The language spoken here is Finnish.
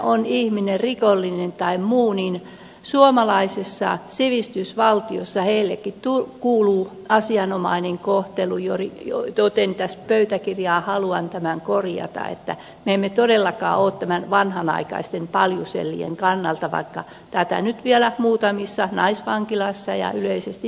on ihminen rikollinen tai muu niin suomalaisessa sivistysvaltiossa hänellekin kuuluu asianomainen kohtelu joten tässä pöytäkirjaan haluan tämän korjata että me emme todellakaan ole näiden vanhanaikaisten paljusellien kannalla vaikka tätä nyt vielä muutamissa naisvankiloissa ja yleisesti miesvankiloissakin on